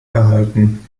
erhalten